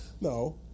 No